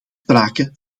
sprake